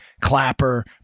Clapper